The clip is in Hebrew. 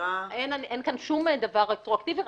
אין כאן שום דבר רטרואקטיבי,